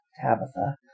tabitha